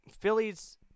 Phillies